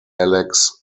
alex